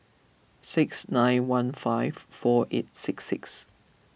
six nine one five four eight six six